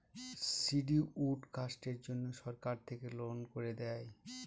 scheduled কাস্টের জন্য সরকার থেকে লোন করে দেয়